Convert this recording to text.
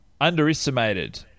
Underestimated